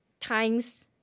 times